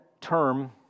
term